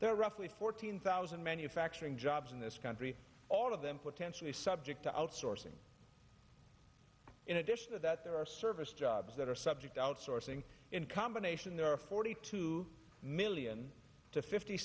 are roughly fourteen thousand manufacturing jobs in this country all of them potentially subject to outsourcing in addition to that there are service jobs that are subject to outsourcing in combination there are forty two million to fifty